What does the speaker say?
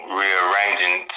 rearranging